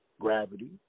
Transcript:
Gravity